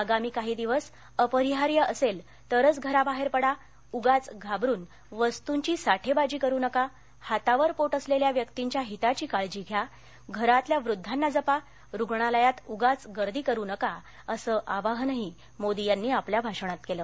आगामी काही दिवस अपरिहार्य असेल तरच घराबाहेर पडा उगाच घाबरून वस्तूंची साठेबाजी करू नका हातावर पोट असलेल्या व्यकींच्या हिताची काळजी घ्या घरातल्या वृद्धांना जपा रुग्णालयात उगाच गर्दी करू नका असं आवाहनही मोदी यांनी आपल्या भाषणात केलं